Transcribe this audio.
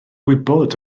wybod